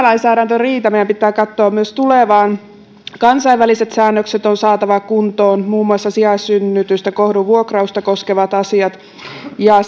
riitä meidän pitää katsoa myös tulevaan kansainväliset säännökset on saatava kuntoon muun muassa sijaissynnytystä kohdunvuokrausta koskevat asiat ja